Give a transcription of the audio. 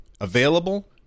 available